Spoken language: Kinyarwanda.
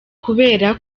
kubera